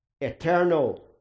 eternal